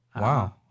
wow